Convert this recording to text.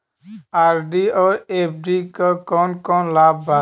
RD और FD क कौन कौन लाभ बा?